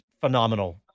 phenomenal